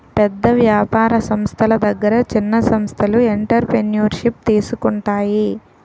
పెద్ద వ్యాపార సంస్థల దగ్గర చిన్న సంస్థలు ఎంటర్ప్రెన్యూర్షిప్ తీసుకుంటాయి